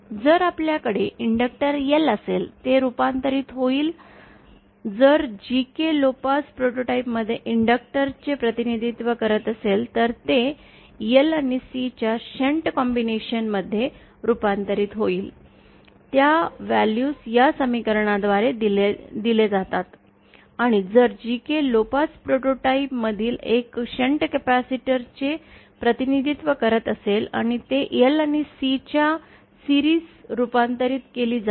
जर आपल्याकडे inductor L असेल तर ते रूपांतरित होईल जर GK लो पास प्रोटोटाइपमध्ये इंडक्टॅर चे प्रतिनिधित्व करत असेल तर ते L आणि C च्या शंट कॉम्बिनेशन मध्ये रुपांतरित होईल त्या व्हॅल्यूज या समीकरणाद्वारे दिले जातात आणि जर GK लो पास प्रोटोटाइप मधील एक शंट कॅपेसिटर चे प्रतिनिधित्व करते आणि ते Lआणि C च्या मालिकेत रूपांतरित केले जाईल